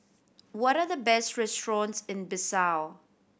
what are the best restaurants in Bissau